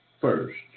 first